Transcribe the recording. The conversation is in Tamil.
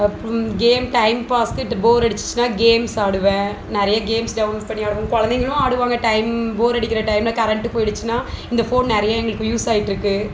அப்புறம் கேம் டைம் பாஸ்க்கு போர்டுச்சிசுன்னா கேம்ஸ் ஆடுவேன் நிறையா கேம்ஸ் டவுன்லோடு பண்ணி ஆடுவேன் குழந்தைகளும் ஆடுவாங்கள் டைம் போரடிக்கிற டைமமில் கரண்ட் போயிடுச்சுன்னா இந்தப் ஃபோன் நிறைய எங்களுக்க யூஸ் ஆகிட்டுருக்கு